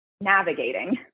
navigating